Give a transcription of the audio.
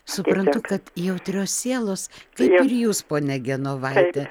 suprantu kad jautrios sielos kaip ir jūs ponia genovaite